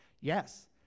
Yes